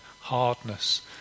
hardness